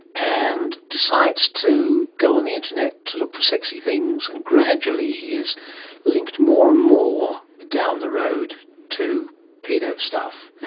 and decides to go on the internet to look for sexy things, and gradually he is linked more and more down the road to paedo stuff.